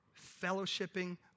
fellowshipping